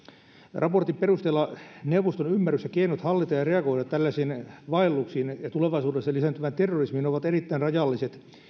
raportin perusteella neuvoston ymmärrys ja keinot hallita tätä ja reagoida tällaisiin vaelluksiin ja tulevaisuudessa lisääntyvään terrorismiin ovat erittäin rajalliset